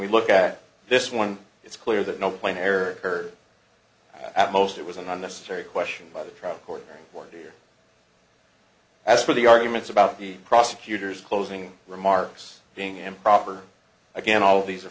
we look at this one it's clear that no plane air or at most it was an unnecessary question by the trial court order as for the arguments about the prosecutor's closing remarks being improper again all these are